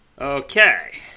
Okay